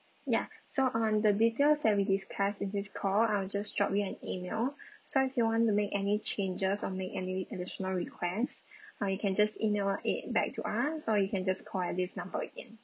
ya so uh the details that we discussed in this call I'll just drop you an email so if you want to make any changes or make any additional requests uh you can just email it back to us or you can just call at this number again